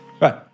Right